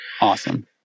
Awesome